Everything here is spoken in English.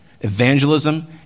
evangelism